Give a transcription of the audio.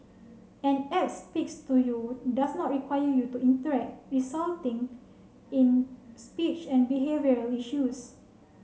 an app speaks to you does not require you to interact resulting in speech and behavioural issues